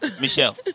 Michelle